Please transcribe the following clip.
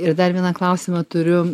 ir dar vieną klausimą turiu